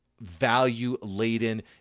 value-laden